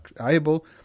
able